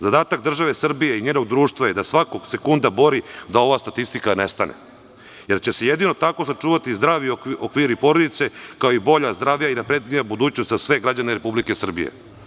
Zadatak države Srbije i njenog društva je da se svakog sekunda bori da ova statika nestane, jer će se jedino tako sačuvati zdravi okviri porodice kao i bolja, zdravija, naprednija budućnost za sve građane Republike Srbije.